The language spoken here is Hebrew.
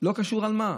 ולא קשור על מה.